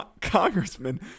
Congressman